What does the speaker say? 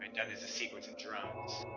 done as a sequence of drums.